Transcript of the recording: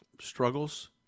struggles